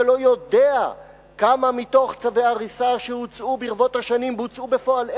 שלא יודע כמה מצווי ההריסה שהוצאו ברבות השנים בוצעו בפועל.